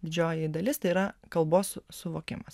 didžioji dalis tai yra kalbos suvokimas